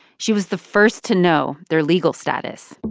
she was the first to know their legal status